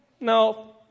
No